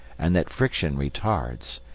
and that friction retards,